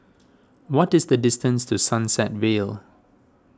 what is the distance to Sunset Vale